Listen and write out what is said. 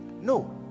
No